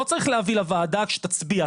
לא צריך להביא לוועדה שתצביע,